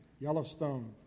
Yellowstone